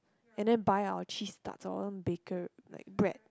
and then buy our cheese tarts our some baker like bread